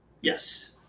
Yes